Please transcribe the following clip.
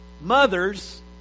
Mothers